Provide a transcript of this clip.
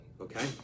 okay